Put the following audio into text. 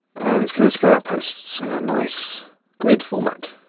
and it's gonna display our posts in a nice grid format.